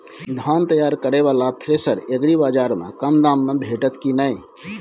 धान तैयार करय वाला थ्रेसर एग्रीबाजार में कम दाम में भेटत की नय?